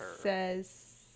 says